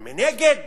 אבל מנגד